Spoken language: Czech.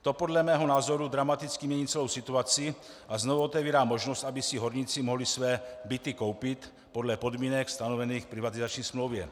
To podle mého názoru dramaticky mění celou situaci a znovu otevírá možnost, aby si horníci mohli své byty koupit podle podmínek stanovených v privatizační smlouvě.